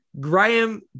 Graham